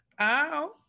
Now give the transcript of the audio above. Ow